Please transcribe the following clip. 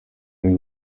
ari